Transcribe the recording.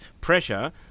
pressure